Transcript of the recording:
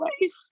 life